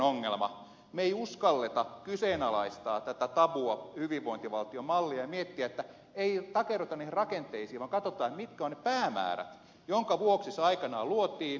me emme uskalla kyseenalaistaa tätä tabua hyvinvointivaltiomallia ja miettiä että ei takerruta niihin rakenteisiin vaan katsotaan mitkä ovat ne päämäärät joiden vuoksi se aikanaan luotiin